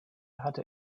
hatte